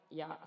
ja